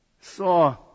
saw